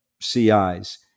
CIs